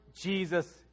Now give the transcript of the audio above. Jesus